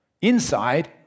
inside